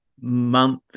month